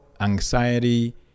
anxiety